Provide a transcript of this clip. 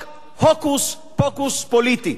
רק הוקוס-פוקוס פוליטי.